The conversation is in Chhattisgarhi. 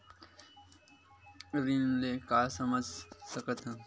ऋण ले का समझ सकत हन?